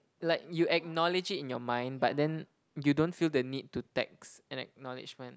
like you acknowledge it in your mind but then you don't feel the need to text an acknowledgement